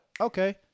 okay